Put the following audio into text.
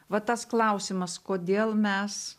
va tas klausimas kodėl mes